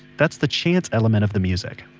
that's the chance element of the music.